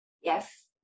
Yes